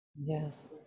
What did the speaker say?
Yes